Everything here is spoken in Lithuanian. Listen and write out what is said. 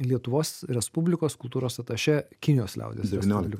lietuvos respublikos kultūros atašė kinijos liaudies respublikoj